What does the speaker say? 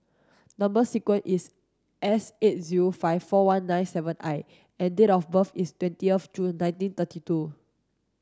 number sequence is S eight zero five four one nine seven I and date of birth is twenty of June nineteen thirty two